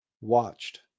watched